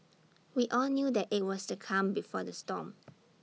we all knew that IT was the calm before the storm